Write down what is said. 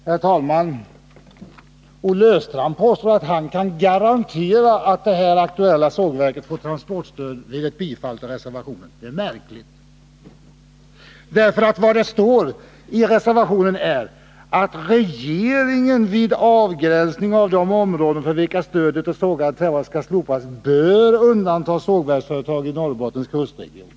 Herr talman! Olle Östrand påstår att han kan garantera att det aktuella sågverket får transportstöd vid ett bifall till reservationen. Det är märkligt, därför att det i reservationen står ”att regeringen vid avgränsningen av de områden för vilka stödet till sågade trävaror skall slopas bör undanta de sågverksföretag i Norrbottens kustregion ——-".